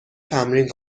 تمرین